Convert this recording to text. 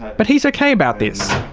but he's okay about this.